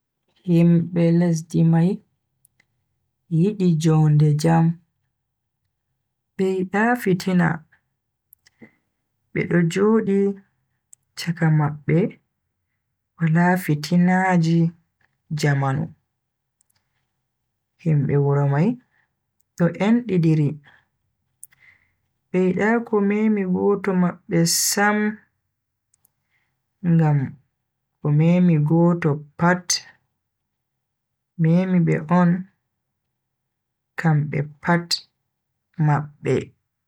Himbe lesdi mai yidi jonde jam, be yida fitina. Bedo jodi chaka mabbe wala fitinaaji jamanu. Himbe wuro mai do endidiri be yida ko memi goto mabbe sam ngam ko memi goto pat memi be on kambe pat mabbe.